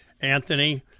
Anthony